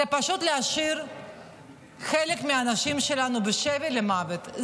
זה פשוט להשאיר חלק מהאנשים שלנו בשבי למוות,